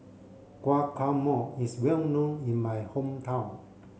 guacamole is well known in my hometown